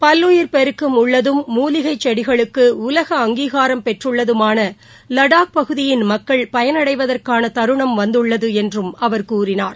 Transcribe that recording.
பல்லுயில் பெருக்கம் உள்ளதும் மூலிகைச் செடிகளுக்கு உலக அங்கீகாரம் பெற்றுள்ளதுமான லடாக் பகுதியின் மக்கள் பயனடைவதற்கான தருணம் வந்துள்ளது என்று அவர் கூறினார்